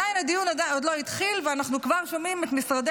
הדיון עוד לא התחיל ואנחנו כבר שומעים את משרדי